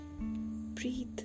breathe